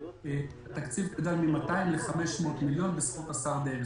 והתקציב גדל מ-200 ל-500 מיליון בזכות השר דרעי.